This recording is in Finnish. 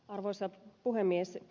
arvoisa puhemies